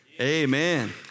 Amen